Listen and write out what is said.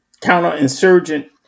counterinsurgent